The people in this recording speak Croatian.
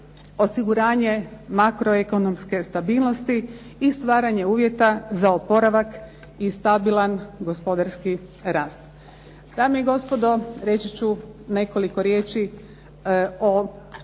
osiguranje makroekonomske stabilnosti i stvaranje uvjeta za oporavak i stabilan gospodarski rast. Dame i gospodo, reći ću nekoliko riječi o